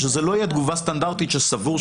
שזאת לא תהיה תגובה סטנדרטית שסבור.